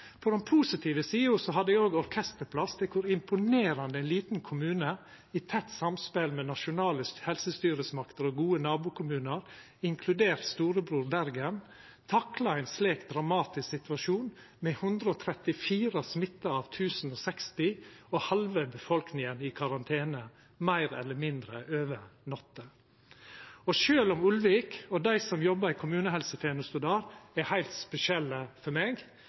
På den positive sida hadde eg orkesterplass til kor imponerande ein liten kommune, i tett samspel med nasjonale helsestyresmakter og gode nabokommunar, inkludert storebror Bergen, takla ein slik dramatisk situasjon med 134 smitta av 1 060 og halve befolkninga i karantene meir eller mindre over natta. Sjølv om Ulvik og dei som jobbar i kommunehelsetenesta der, er heilt spesielle for meg,